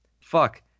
fuck